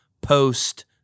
post